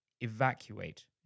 evacuate